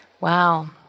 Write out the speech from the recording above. Wow